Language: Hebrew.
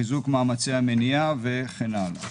חיזוק מאמצי המניעה וכן הלאה.